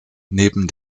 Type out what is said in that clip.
neben